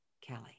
kelly